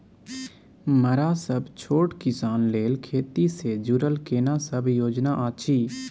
मरा सब छोट किसान लेल खेती से जुरल केना सब योजना अछि?